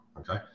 Okay